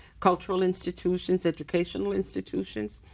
cultural institutions, educational institutions.